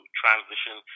transition